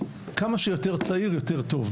כמה שיותר צעיר יותר טוב,